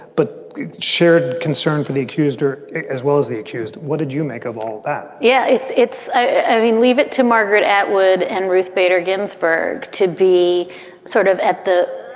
but shared concern for the accused her as well as the accused. what did you make of all that? yeah, it's it's i mean, leave it to margaret atwood and ruth bader ginsburg to be sort of at the